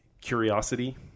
curiosity